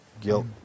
guilt